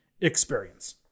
experience